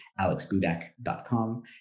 alexbudak.com